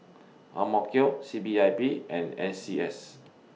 C P I B and N C S